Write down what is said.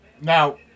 Now